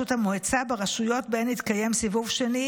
המועצה ברשויות שבהן יתקיים סיבוב שני,